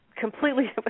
Completely